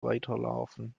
weiterlaufen